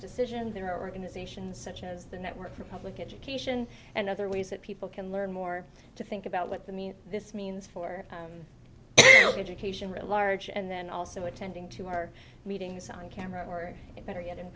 decision there are organizations such as the network republican education and other ways that people can learn more to think about what the mean this means for education really large and then also attending to our meetings on camera or better yet in